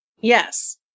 Yes